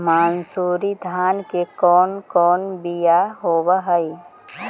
मनसूरी धान के कौन कौन बियाह होव हैं?